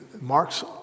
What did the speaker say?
marks